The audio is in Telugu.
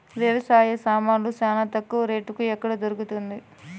వ్యవసాయ సామాన్లు చానా తక్కువ రేటుకి ఎక్కడ దొరుకుతుంది?